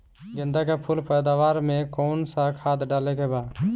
गेदे के फूल पैदवार मे काउन् सा खाद डाले के बा?